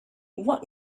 what